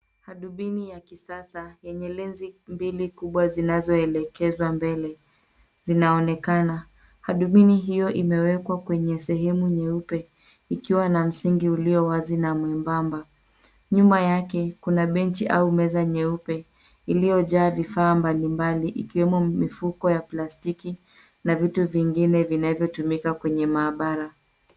Hadubini ya kisasa, yenye lenzi mbili kubwa zinazoelekeza mbele, zinaonekana. Hadubini hiyo imewekwa kwenye sehemu nyeupe, ikiwa na msingi ulio wazi na mwembamba. Nyuma yake kuna benchi au meza nyeupe, iliyojaa vifaa mbalimbali ikiwemo mifuko ya plastiki na vitu vingine vinavyotumika kwenye maabara.